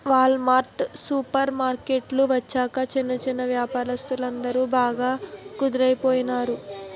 wall mart super market వచ్చాక చిన్న చిన్నా వ్యాపారస్తులందరు బాగా కుదేలయిపోనారు